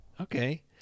Okay